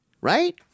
Right